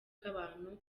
abantu